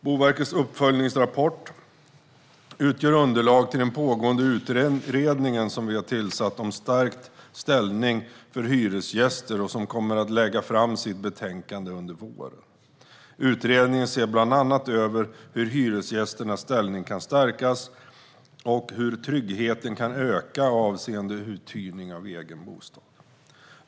Boverkets uppföljningsrapport utgör underlag till den pågående utredning som vi har tillsatt om stärkt ställning för hyresgäster och som kommer att lägga fram sitt betänkande under våren. Utredningen ser bland annat över hur hyresgästernas ställning kan stärkas och hur tryggheten kan öka avseende uthyrning av egen bostad.